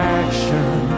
action